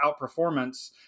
outperformance